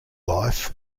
life